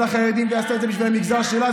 החרדים ועשתה את זה בשביל המגזר שלה,